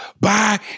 Bye